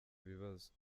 ibibazo